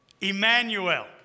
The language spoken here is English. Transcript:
Emmanuel